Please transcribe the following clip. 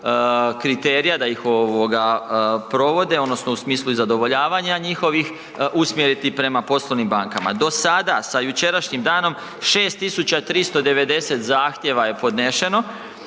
kriterija da ih ovoga provode odnosno u smislu i zadovoljavanja njihovih, usmjeriti prema poslovnim bankama. Do sada sa jučerašnjim danom 6390 zahtjeva je podnešeno.